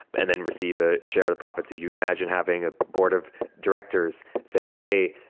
and then receive, ah share the profits. if you imagine having a board of directors say, hey,